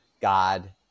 God